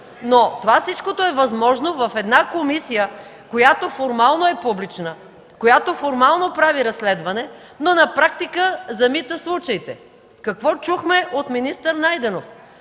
Но всичко това е възможно в една комисия, която формално е публична, която формално прави разследване, но на практика замита случаите. Какво чухме от министър Найденов?